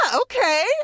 okay